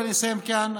ואני אסיים כאן,